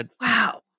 Wow